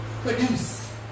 Produce